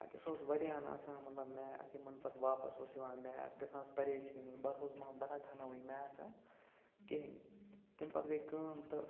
اَتہِ ہَسا اوس واریاہَن آسان مطلب میتھ یِمَن پَتہٕ واپَس اوس یِوان میتھ گژھان سُہ پریشٲنی بہٕ ہَسا اوسُس دَپان بہٕ رَٹہٕ ہا نہٕ وۄنۍ یہِ میتھ ویتھ کِہیٖنۍ تمہِ پَتہٕ گٔے کٲم تہٕ